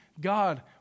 God